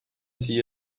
sie